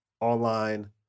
online